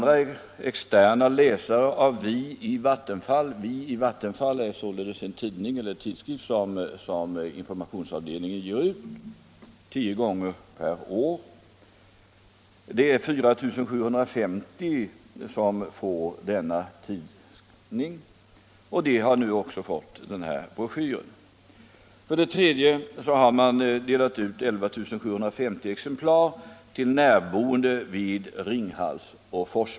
Externa läsare av Vi i Vattenfall, ca 4 750. Vi i Vattenfall är en tidskrift som Vattenfalls informationsavdelning ger ut tio gånger per år.